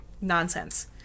Nonsense